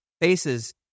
faces